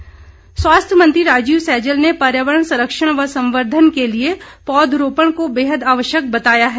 सैजल स्वास्थ्य मंत्री राजीव सैजल ने पर्यावरण संरक्षण व संवर्धन के लिए पौधरोपण को बेहद आवश्यक बताया है